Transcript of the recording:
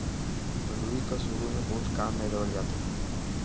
रुई क सुरु में बहुत काम में लेवल जात रहल